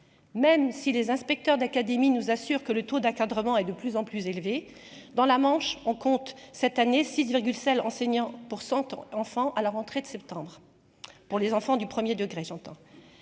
même si les inspecteurs d'académie, nous assure que le taux d'encadrement et de plus en plus élevée dans la Manche en compte cette année si celle enseignants pour 100 ton enfant à la rentrée de septembre pour les enfants du 1er degré j'entends,